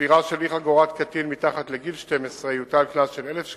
עבירה של אי-חגירת קטין מתחת לגיל 12 יוטל קנס של 1,000 שקלים,